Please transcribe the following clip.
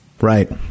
Right